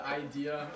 idea